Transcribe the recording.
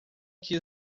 que